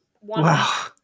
Wow